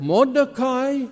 Mordecai